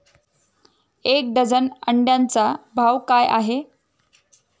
एक डझन अंड्यांचा भाव काय आहे?